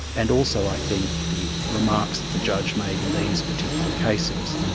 and also i think the remarks the judge made in these particular cases.